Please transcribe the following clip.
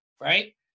right